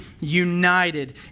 united